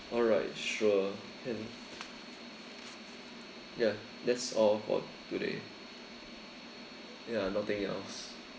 alright sure can ya that's all for today ya nothing else